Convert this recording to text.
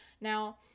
now